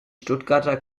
stuttgarter